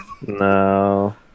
No